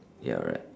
ya right